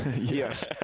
yes